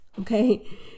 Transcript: okay